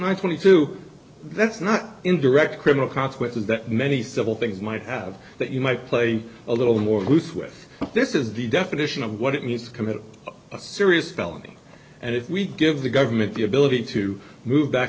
i twenty two that's not in direct criminal consequences that many civil things might have that you might play a little more booth with this is the definition of what it means to commit a serious felony and if we give the government the ability to move back